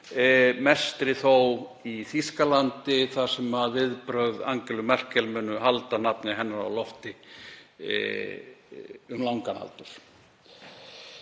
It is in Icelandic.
mestri þó í Þýskalandi þar sem viðbrögð Angelu Merkel munu halda nafni hennar á lofti um langan aldur.